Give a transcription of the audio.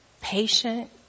patient